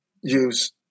use